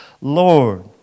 Lord